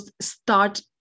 start